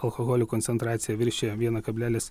alkoholio koncentracija viršija vieno kablelis